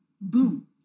Boom